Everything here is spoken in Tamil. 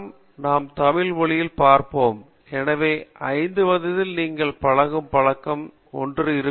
காமகோடி இவற்றையெல்லாம் நாம் தமிழ் மொழியில் பார்ப்போம் எனவே 5 வயதில் நீங்கள் பழகும் பழக்கம் ஒன்று இருக்கும்